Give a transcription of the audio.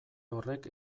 horrek